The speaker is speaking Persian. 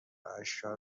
اشکها